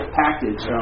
package